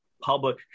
public